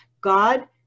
God